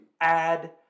add